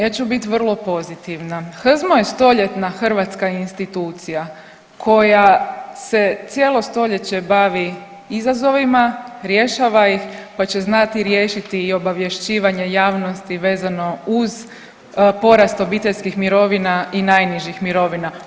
Ja ću biti vrlo pozitivna, HZMO je stoljetna hrvatska institucija koja se cijelo stoljeće bavi izazovima, rješava ih pa će znati riješiti i obavješćivanje javnosti vezano uz porast obiteljskih mirovina i najnižih mirovina.